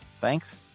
Thanks